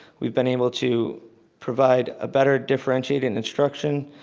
we've been able to provide a better differentiated and instruction,